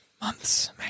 Months